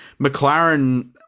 McLaren